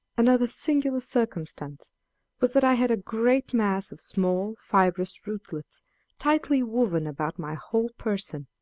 another singular circumstance was that i had a great mass of small fibrous rootlets tightly woven about my whole person,